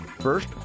First